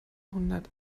hundert